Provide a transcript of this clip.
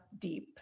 Deep